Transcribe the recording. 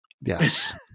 Yes